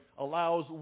allows